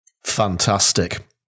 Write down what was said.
fantastic